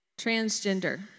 Transgender